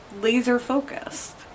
laser-focused